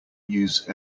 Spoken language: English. use